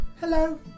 Hello